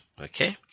Okay